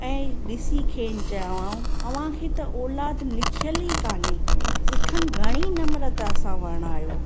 ऐं ॾिसी खेनि चयोऊं अव्हांखे त औलादु लिखियल ई कान्हे सिखनि घणी नर्मता सां वर्णायो